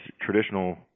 traditional